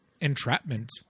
entrapment